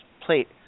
plate